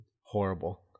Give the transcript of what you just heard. Horrible